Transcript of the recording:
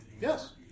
Yes